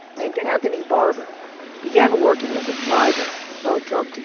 named anthony barber began working as a driver for a drug dealer.